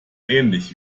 ähnlich